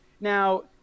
Now